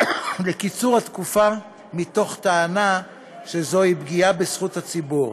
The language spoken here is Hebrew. לקיצור התקופה, בטענה שזוהי פגיעה בזכות הציבור.